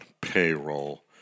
payroll